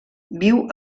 viu